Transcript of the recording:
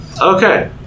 okay